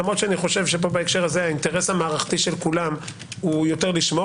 למרות שאני חושב שבהקשר הזה האינטרס המערכתי של כולם הוא יותר לשמר